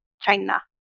China